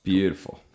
Beautiful